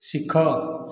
ଶିଖ